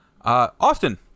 Austin